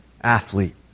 athlete